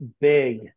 big